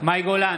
מאי גולן,